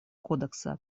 кодекса